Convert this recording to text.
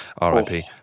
RIP